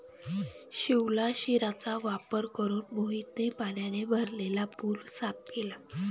शिवलाशिरचा वापर करून मोहितने पाण्याने भरलेला पूल साफ केला